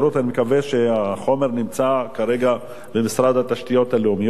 אני מקווה שהחומר נמצא כרגע במשרד התשתיות הלאומיות,